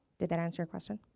did that answer your question?